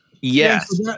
Yes